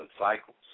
cycles